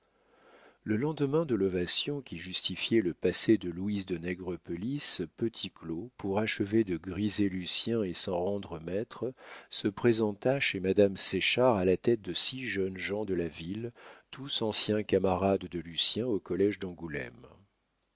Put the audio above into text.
le lendemain de l'ovation qui justifiait le passé de louise de nègrepelisse petit claud pour achever de griser lucien et s'en rendre maître se présenta chez madame séchard à la tête de six jeunes gens de la ville tous anciens camarades de lucien au collége d'angoulême